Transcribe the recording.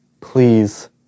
Please